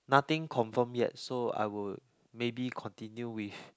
nothing confirm yet so I would maybe continue with